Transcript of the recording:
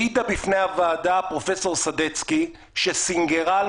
העידה בפני הוועדה פרופ' סדצקי שסנגרה על